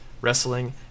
wrestling